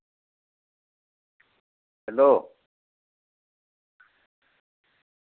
hello